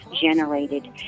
generated